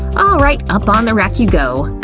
alright, up on the rack you go!